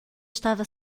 estava